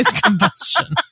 combustion